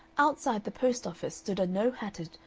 outside the post-office stood a no-hatted,